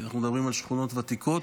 כי אנחנו מדברים על שכונות ותיקות,